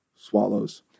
swallows